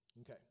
Okay